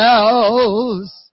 else